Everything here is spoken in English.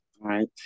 right